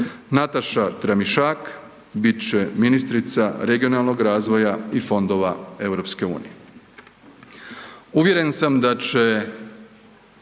Nataša Tramišak bit će ministrica regionalnog razvoja i fondova EU. Uvjeren sam da će